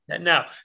Now